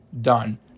done